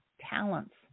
talents